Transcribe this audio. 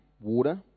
water